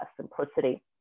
simplicity